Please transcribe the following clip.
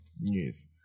news